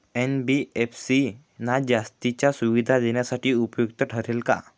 NBFC ना जास्तीच्या सुविधा देण्यासाठी उपयुक्त ठरेल का?